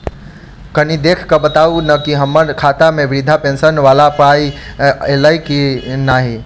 कनि देख कऽ बताऊ न की हम्मर खाता मे वृद्धा पेंशन वला पाई ऐलई आ की नहि?